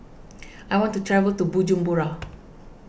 I want to travel to Bujumbura